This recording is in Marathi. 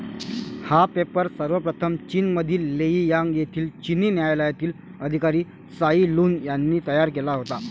हा पेपर सर्वप्रथम चीनमधील लेई यांग येथील चिनी न्यायालयातील अधिकारी त्साई लुन यांनी तयार केला होता